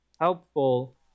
helpful